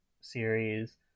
series